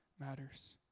matters